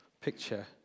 picture